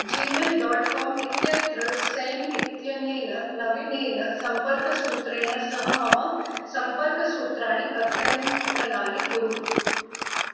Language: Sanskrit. जीमेल् डोट् काम् इत्यत्र सैम् इत्यनेन नवीनेन सम्पर्कसूत्रेण सह मम सम्पर्कसूत्राणि अद्यतनानि कुरु